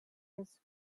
his